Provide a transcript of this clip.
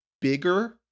bigger